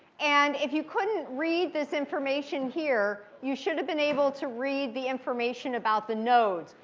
and if you couldn't read this information here, you should have been able to read the information about the nodes.